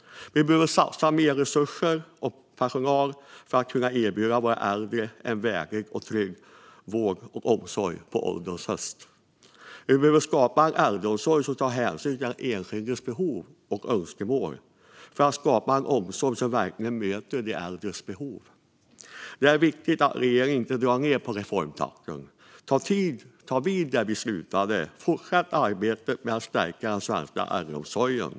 Mer resurser och personal behövs för att erbjuda de äldre en värdig och trygg vård och omsorg på ålderns höst. Det behöver skapas en äldreomsorg som tar hänsyn till den enskildes behov och önskemål - en omsorg som verkligen möter de äldres behov. Det är viktigt att regeringen inte drar ned på reformtakten. Ta vid där vi socialdemokrater slutade, och fortsätt arbetet med att stärka den svenska äldreomsorgen!